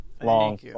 long